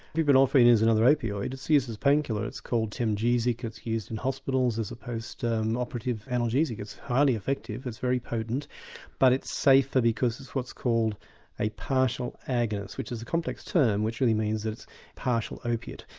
buprenorphine is another opioid, it's used as a pain killer, it's called temgesic, it's used in hospitals as a post-operative analgesic, it's highly effective, it's very potent but it's safer because it's what's called a partial agonist, which is a complex term which really means that it's partial opiate,